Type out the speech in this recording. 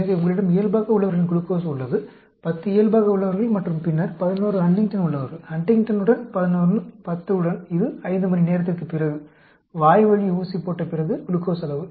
எனவே உங்களிடம் இயல்பாக உள்ளவர்களின் குளுக்கோஸ் உள்ளது 10 இயல்பாக உள்ளவர்கள் மற்றும் பின்னர் 11 ஹண்டிங்டன் உள்ளவர்கள் ஹண்டிங்டனுடன் 11 10 உடன் இது 5 மணி நேரத்திற்குப் பிறகு வாய்வழி ஊசி போட்ட பிறகு குளுக்கோஸ் அளவு